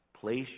place